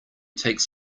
takes